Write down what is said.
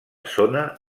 zona